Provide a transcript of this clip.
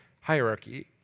hierarchy